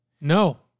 No